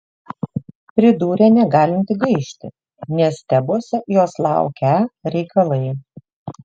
pridūrė negalinti gaišti nes tebuose jos laukią reikalai